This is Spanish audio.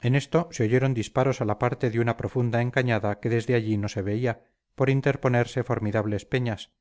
en esto se oyeron disparos a la parte de una profunda encañada que desde allí no se veía por interponerse formidables peñas